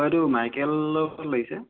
অঁ এইটো মাইকেলৰ ঘৰত লাগিছে